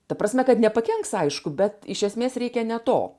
ta prasme kad nepakenks aišku bet iš esmės reikia ne to